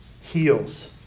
heals